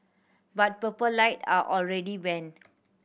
but Purple Light are already banned